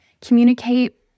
communicate